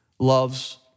loves